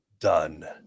done